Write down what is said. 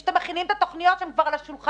שאתם מכינים את התכנית והן כבר על השולחן,